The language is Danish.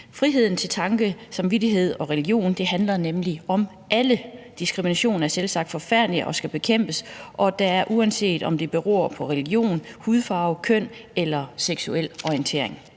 med sin samvittighed handler nemlig om alle. Diskrimination er selvsagt forfærdeligt og skal bekæmpes, uanset om det beror på religion, hudfarve, køn eller seksuel orientering.